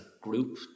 group